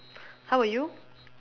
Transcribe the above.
how about you